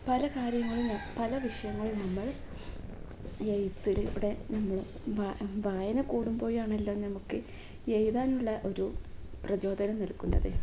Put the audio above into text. പല കാര്യങ്ങളിൽ പല വിഷയങ്ങളിൽ നമ്മൾ എഴുത്തിലിവിടെ നമ്മൾ വ വായന കൂടുമ്പോഴാണല്ലോ നമുക്ക് എഴുതാനുള്ള ഒരു പ്രചോദനം നൽകേണ്ടത്